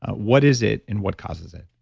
what is it and what causes it?